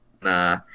Nah